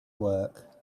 work